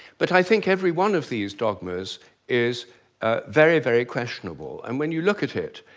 but i think every one of these dogmas is very, very questionable. and when you look at it,